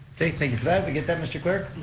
okay, thank you for that, we get that, mr. clerk?